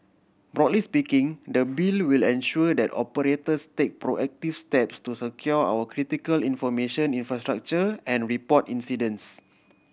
broadly speaking the Bill will ensure that operators take proactive steps to secure our critical information infrastructure and report incidents